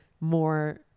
more